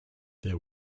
there